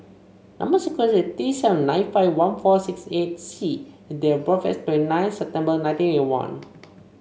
number sequence is T seven nine five one four six eight C and date of birth is twenty nine September nineteen eighty one